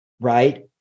right